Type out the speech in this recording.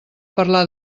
parlar